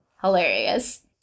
Hilarious